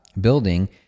building